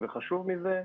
וחשוב מזה,